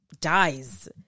dies